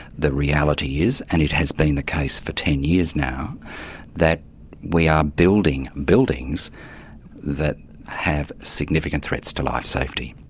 the reality is and it has been the case for ten years now that we are building buildings that have significant threats to life safety.